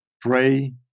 Pray